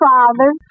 Father